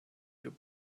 your